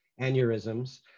aneurysms